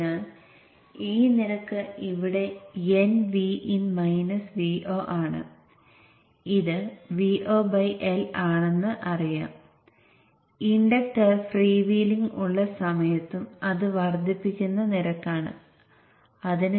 അതിനാൽ പ്രൈമറിക്ക് കുറുകെ മുഴുവൻ Vin ഉം വരുന്നത് നിങ്ങൾ കാണുന്നു